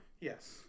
Yes